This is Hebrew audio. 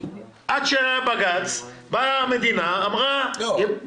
עד שהייתה החלטת בג"ץ באה המדינה, אמרה --- לא.